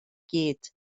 gyd